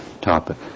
topic